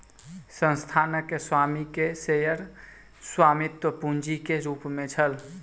संस्थानक स्वामी के शेयर स्वामित्व पूंजी के रूप में छल